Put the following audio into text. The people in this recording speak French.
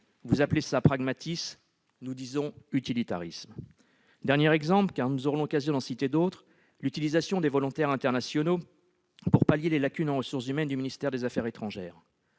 vous appelez cela « pragmatisme »; nous répondons :« utilitarisme »! Dernier exemple- nous aurons l'occasion d'en citer d'autres -, l'utilisation des volontaires internationaux pour remédier aux lacunes en ressources humaines du ministère des affaires étrangères.